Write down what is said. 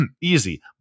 easy